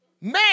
Man